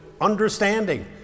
understanding